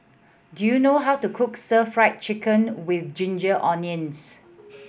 do you know how to cook Stir Fried Chicken With Ginger Onions